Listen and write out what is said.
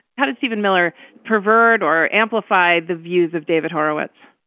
how does steven miller pervert or amplify the views of david horowitz?